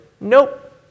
nope